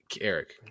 Eric